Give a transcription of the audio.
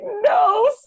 no